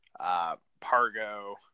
Pargo